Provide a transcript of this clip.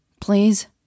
Please